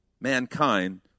mankind